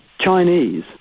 Chinese